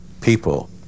people